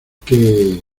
que